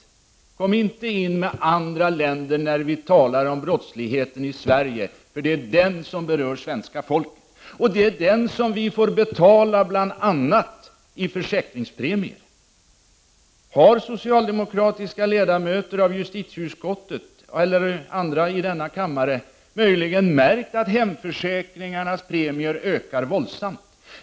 Blanda inte in andra länder när vi talar om brottsligheten i Sverige, för det är den som berör svenska folket. Det är bl.a. 7” den brottsligheten som vi får betala för i våra försäkringspremier. Har socialdemokratiska ledamöter av justitieutskottet, eller andra i denna kammare, möjligen märkt att hemförsäkringarnas premier ökar våldsamt?